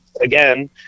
again